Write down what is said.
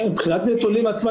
מבחינת נתונים עצמם,